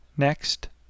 Next